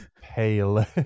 pale-